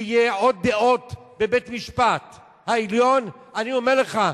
ויהיו עוד דעות בבית-המשפט העליון, אני אומר לך,